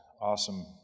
awesome